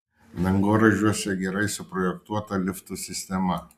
dangoraižiuose gerai suprojektuota liftų sistema